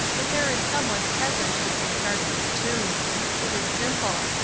that there is some one present who can start this tune it is simple.